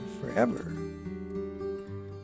forever